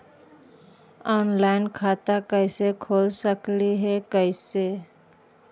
Online खाता कैसे खोल सकली हे कैसे?